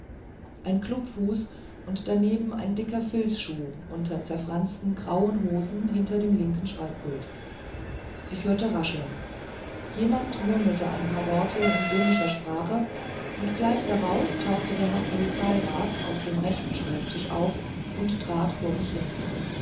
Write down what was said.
ein klumpfuß und daneben ein dicker filzschuh unter zerfransten grauen hosen hinter dem linken schreibpult ich hörte rascheln jemand murmelte ein paar worte in böhmischer sprache und gleich darauf tauchte der herr polizeirat aus dem rechten schreibtisch auf und trat vor mich hin